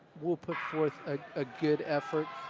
we'll put forth a good effort.